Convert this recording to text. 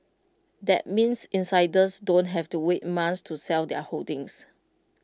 that means insiders don't have to wait months to sell their holdings